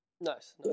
Nice